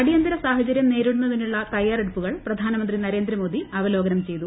അടിയന്തിര സാഹചരൃം നേരിടുന്നതിനുള്ള തയ്യാറെടുപ്പുകൾ പ്രധാനമന്ത്രി നരേന്ദ്രമോദി അവലോകനം ചെയ്തു